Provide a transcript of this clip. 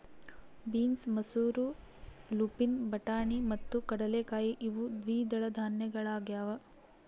beans ಮಸೂರ lupin ಬಟಾಣಿ ಮತ್ತು ಕಡಲೆಕಾಯಿ ಇವು ದ್ವಿದಳ ಧಾನ್ಯಗಳಾಗ್ಯವ